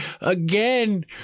again